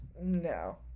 No